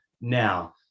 now